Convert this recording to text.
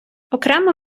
окремо